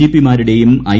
G P മാരുടെയും I